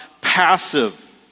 passive